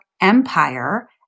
empire